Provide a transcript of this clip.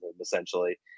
essentially